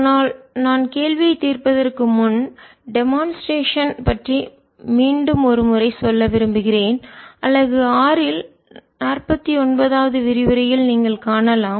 ஆனால் நான் கேள்வியைத் தீர்ப்பதற்கு முன்டெமான்ஸ்ட்ரேஷன் செயல்விளக்கம் பற்றி மீண்டும் ஒரு முறை சொல்ல விரும்புகிறேன் அலகு ஆறில் நாற்பத்தொன்பதாவது விரிவுரையில் நீங்கள் காணலாம்